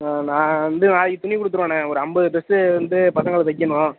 நான் வந்து நாளைக்கி துணி கொடுத்துருவண்ணே ஒரு ஐம்பது டிரஸ்ஸு வந்து பசங்களுக்கு தைக்கிணும்